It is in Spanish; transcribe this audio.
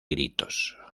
gritos